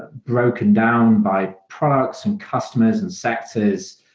ah broken down by products and customers and sexes,